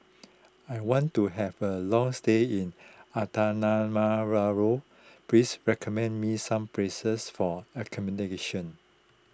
I want to have a long stay in please recommend me some places for accommodation